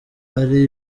ari